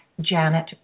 Janet